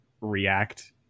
react